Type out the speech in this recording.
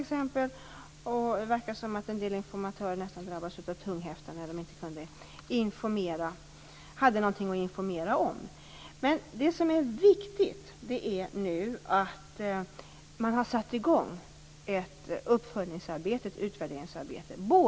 Det verkar som att en del informatörer nästan drabbades av tunghäfta när de inte hade någonting att informera om. Det som nu är viktigt är att man har satt i gång ett uppföljnings och utvärderingsarbete.